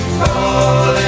falling